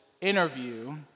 interview